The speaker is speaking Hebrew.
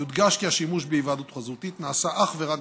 יודגש כי השימוש בהיוועדות חזותית נעשה אך ורק